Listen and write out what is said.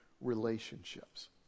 relationships